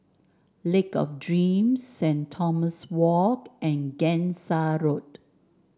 Lake of Dreams Saint Thomas Walk and Gangsa Road